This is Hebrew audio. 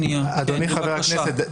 אדוני חבר הכנסת,